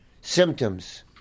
symptoms